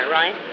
right